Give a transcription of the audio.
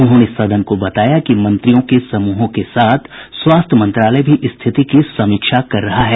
उन्होंने सदन को बताया कि मंत्रियों के समूहों के साथ स्वास्थ्य मंत्रालय भी रिथिति की समीक्षा कर रहा है